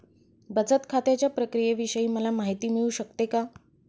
बचत खात्याच्या प्रक्रियेविषयी मला माहिती मिळू शकते का?